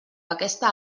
aquesta